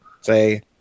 say